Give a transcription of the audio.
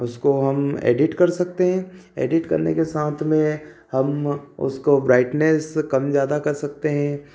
उसको हम एडिट कर सकते हैं एडिट करने के साथ में हम उसको ब्राइटनेस कम ज़्यादा कर सकते हैं